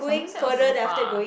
Somerset also far